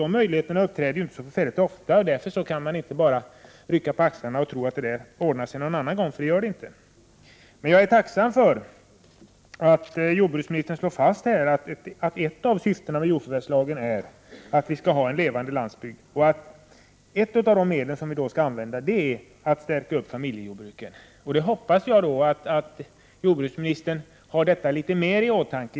Dessa möjligheter uppträder inte särskilt ofta, och därför kan man inte bara rycka på axlarna och säga att det ordnar sig någon annan gång, för det gör det inte. Jag är emellertid tacksam för att jordbruksministern slår fast att ett av syftena med jordförvärvslagen är att vi skall ha en levande landsbygd. Och ett av de medel som skall användas för detta är att förstärka familjejordbruken. Jag hoppas att jordbruksministern i fortsättningen har detta litet mer i åtanke.